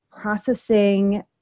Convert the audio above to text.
processing